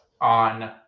on